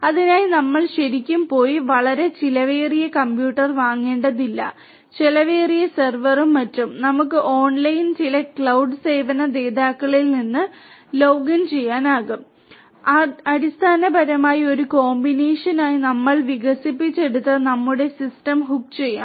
അതിനായി നമ്മൾ ശരിക്കും പോയി വളരെ ചെലവേറിയ കമ്പ്യൂട്ടർ വാങ്ങേണ്ടതില്ല ചെലവേറിയ സെർവറും മറ്റും നമുക്ക് ചില ഓൺലൈൻ ക്ലൌഡ് സേവന ദാതാക്കളിലേക്ക് ലോഗിൻ ചെയ്യാനാകും അടിസ്ഥാനപരമായി ഒരു കോമ്പിനേഷനായ നമ്മൾ വികസിപ്പിച്ചെടുത്ത നമ്മുടെ സിസ്റ്റം ഹുക്ക് ചെയ്യാം